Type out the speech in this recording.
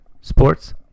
Sports